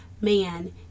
man